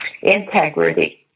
Integrity